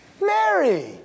Mary